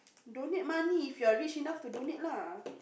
donate money if you are rich enough to donate lah